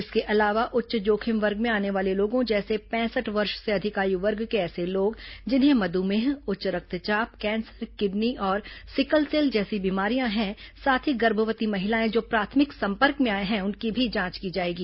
इसके अलावा उच्च जोखिम वर्ग में आने वाले लोगों जैसे पैंसठ वर्ष से अधिक आयु वर्ग के ऐसे लोग जिन्हें मधुमेह उच्च रक्तचाप कैंसर किडनी और सिकलसेल जैसी बीमारियां हैं साथ ही गर्भवती महिलाएं जो प्राथमिक संपर्क में आए हैं उनकी भी जांच की जाएगी